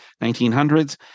1900s